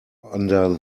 under